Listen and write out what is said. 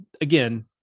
Again